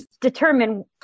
determine